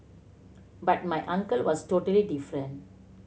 but my uncle was totally different